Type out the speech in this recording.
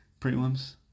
Prelims